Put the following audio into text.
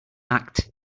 act